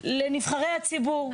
לנבחרי הציבור.